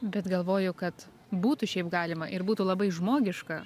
bet galvoju kad būtų šiaip galima ir būtų labai žmogiška